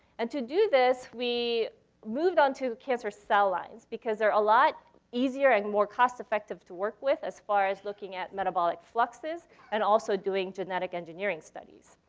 and to do this, we moved onto cancer cell lines. because they're a lot easier and more cost effective to work with as far as looking at metabolic fluxes and also doing genetic engineering studies.